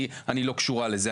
אני לא קשורה לזה,